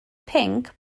pinc